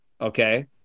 Okay